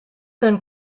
than